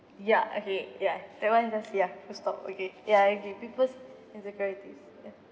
ya okay ya that one just ya full stop okay I agree people's insecurities ya